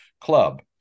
club